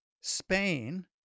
Spain